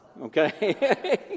Okay